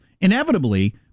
Inevitably